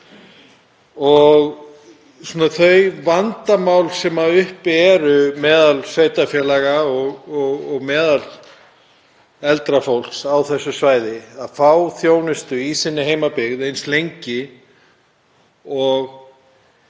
Það eru vandamál uppi meðal sveitarfélaga og meðal eldra fólks á þessu svæði við að fá þjónustu í sinni heimabyggð eins lengi og